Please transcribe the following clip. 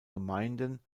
gemeinden